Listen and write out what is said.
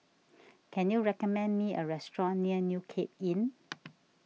can you recommend me a restaurant near New Cape Inn